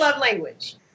language